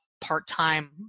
part-time